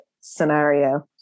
scenario